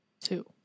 Two